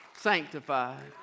sanctified